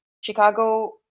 Chicago